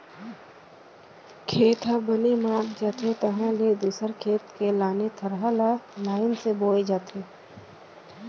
खेत ह बने मात जाथे तहाँ ले दूसर खेत के लाने थरहा ल लईन से बोए जाथे